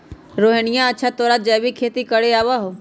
रोहिणीया, अच्छा तोरा जैविक खेती करे आवा हाउ?